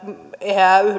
eheää